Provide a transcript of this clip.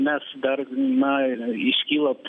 nes dar na iškyla